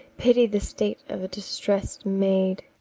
pity the state of a distressed maid!